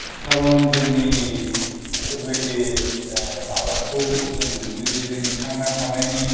कारन जोंनि बेफोरबायदि आबादखौ जों जुदि जोंनि थांना थानायनि